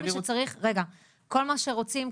כל מה שרוצים,